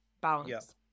balance